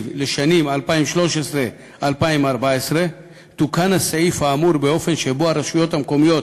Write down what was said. לשנים 2013 ו-2014) תוקן הסעיף האמור באופן שבו הרשויות המקומיות